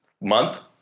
month